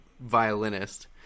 violinist